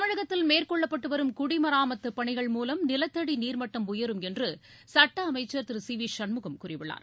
தமிழகத்தில் மேற்கொள்ளப்பட்டு வரும் குடிமராமத்துப் பணிகள் மூலம் நிலத்தடி நீர்மட்டம் உயரும் என்று சுட்ட அமைச்சர் திரு சி வி சண்முகம் கூறியுள்ளார்